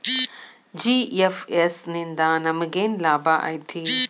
GFS ನಿಂದಾ ನಮೆಗೆನ್ ಲಾಭ ಐತಿ?